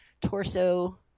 torso